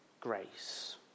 grace